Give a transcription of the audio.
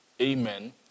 amen